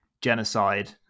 genocide